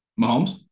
Mahomes